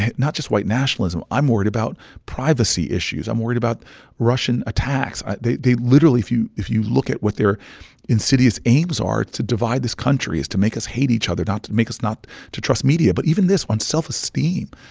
and not just white nationalism i'm worried about privacy issues. i'm worried about russian attacks. they they literally, if you if you look at what their insidious aims are to divide this country, to make us hate each other, not to make us not to trust media but even this one's self-esteem.